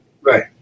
Right